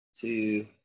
two